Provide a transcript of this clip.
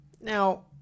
now